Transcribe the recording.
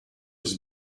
was